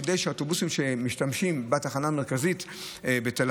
כדי שבאוטובוסים שמשתמשים בתחנה המרכזית בתל